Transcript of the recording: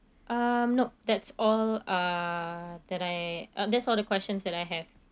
uh nope that's all uh that I uh that's all the questions that I have